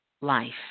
life